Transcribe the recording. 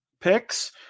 picks